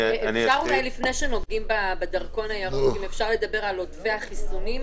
לפני שנוגעים בדרכון הירוק אפשר לדבר על עודפי החיסונים?